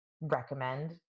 Recommend